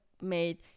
made